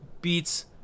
beats